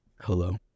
Hello